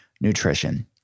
nutrition